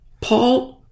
Paul